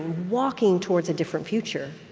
walking towards a different future,